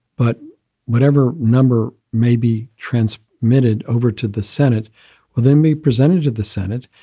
but whatever number may be trans minted over to the senate will then be presented to the senate.